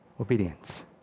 obedience